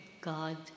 God